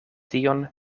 tion